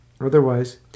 Otherwise